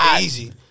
easy